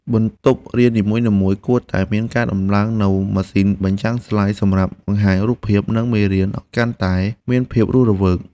បន្ទប់រៀននីមួយៗគួរតែមានដំឡើងនូវម៉ាស៊ីនបញ្ចាំងស្លាយសម្រាប់បង្ហាញរូបភាព និងមេរៀនឱ្យកាន់តែមានភាពរស់រវើក។